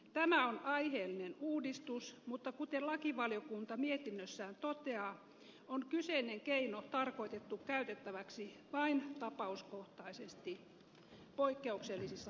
tämä on aiheellinen uudistus mutta kuten lakivaliokunta mietinnössään toteaa on kyseinen keino tarkoitettu käytettäväksi vain tapauskohtaisesti poikkeuksellisissa tilanteissa